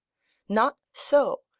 not so!